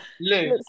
Lou